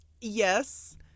Yes